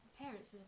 Parents